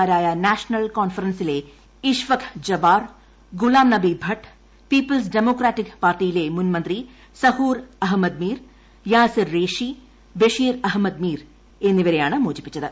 മാരായ നാഷണൽ കോൺഫറൻസിലെ Ishfaq Jabbar Ghulam Nabi Bhat people's democratic പാർട്ടിയിലെ മുൻ മന്ത്രി സഹൂർ അഹമ്മദ് മിർ ്ട്യാപ്സിർ റേഷി ബഷീർ അഹമ്മദ് മിർ എന്നിവരെയാണ് മോച്ചിപ്പിച്ചത്